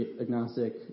agnostic